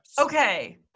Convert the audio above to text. okay